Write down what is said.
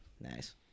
Nice